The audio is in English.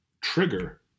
trigger